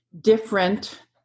different